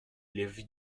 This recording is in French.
l’avis